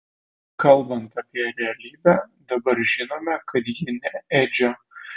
kalbant apie realybę dabar žinome kad ji ne edžio